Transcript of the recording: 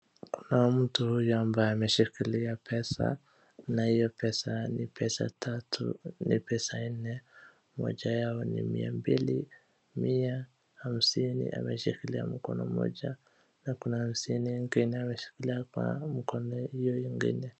Kuna mtu huyu ambaye ameshikilia pesa na hiyo pesa ni pesa ni pesa nne. Moja yao ni mia mbili, mia , hamsini ameshikilia mkono moja na kuna hamsini ingine ameshikilia kwa mkono hiyo ingine.